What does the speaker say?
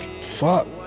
Fuck